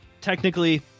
Technically